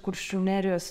kuršių nerijos